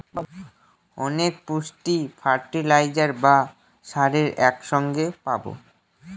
অনেক পুষ্টি ফার্টিলাইজার বা সারে এক সঙ্গে পাবো